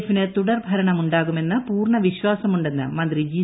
എഫിന് തുടർ ഭരണം ഉണ്ടാകുമെന്ന് പൂർണ്ണ വിശ്വാസമുണ്ടെന്ന് മന്ത്രി ജി